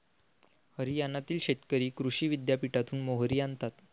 हरियाणातील शेतकरी कृषी विद्यापीठातून मोहरी आणतात